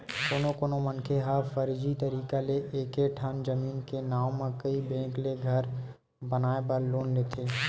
कोनो कोनो मनखे ह फरजी तरीका ले एके ठन जमीन के नांव म कइ बेंक ले घर बनाए बर लोन लेथे